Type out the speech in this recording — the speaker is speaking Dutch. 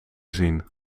zien